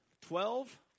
twelve